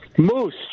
Moose